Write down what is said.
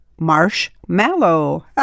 marshmallow